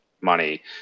money